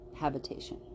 habitation